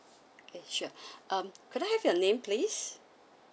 okay sure um could I have your name please